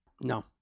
No